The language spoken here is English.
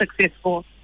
successful